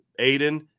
Aiden